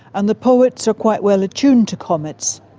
and the poets are quite well attuned to comets,